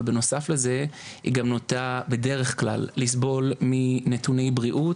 אבל בנוסף לזה היא גם נוטה בדרך כלל לסבול מנתוני בריאות,